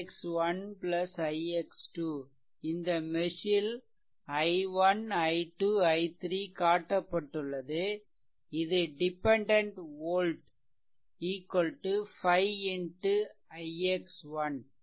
ix ix ' ix " இந்த mesh ல் i1 i2 i3 காட்டப்பட்டுள்ளது இது டிபெண்டென்ட் வோல்ட் 5 ix '